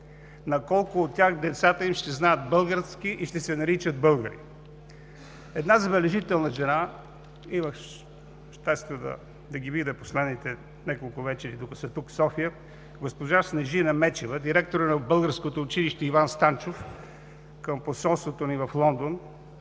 На колко от тях децата им ще знаят български и ще се наричат българи? Една забележителна жена, имах щастието да ги видя последните няколко вечери, докато са тук, в София, госпожа Снежина Мечева – директор на българското училище „Иван Станчов“ към посолството ни в Лондон,